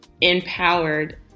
empowered